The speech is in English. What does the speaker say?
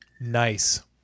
Nice